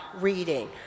reading